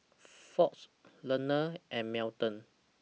Ford Leaner and Melton